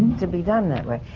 to be done that way.